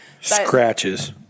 Scratches